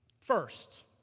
First